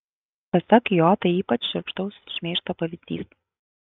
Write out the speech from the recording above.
pasak jo tai ypač šiurkštaus šmeižto pavyzdys